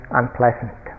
unpleasant